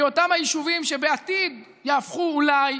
כי אותם היישובים שבעתיד יהפכו אולי,